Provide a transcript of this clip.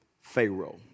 Pharaoh